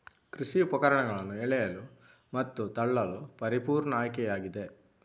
ಕೃಷಿ ಉಪಕರಣಗಳನ್ನು ಎಳೆಯಲು ಮತ್ತು ತಳ್ಳಲು ಪರಿಪೂರ್ಣ ಆಯ್ಕೆಯಾಗಿದೆ